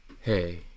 Hey